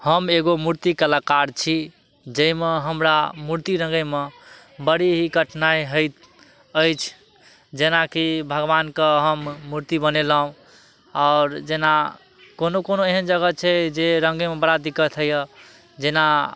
हम एगो मूर्ति कलाकार छी जैमे हमरा मूर्ति रङ्गयमे बड़ी ही कठिनाइ होइत अछि जेनाकि भगवानके हम मूर्ति बनेलहुँ आओर जेना कोनो कोनो एहन जगह छै जे रङ्गयमे बड़ा दिक्कत होइए जेना